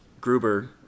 Gruber